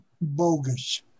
bogus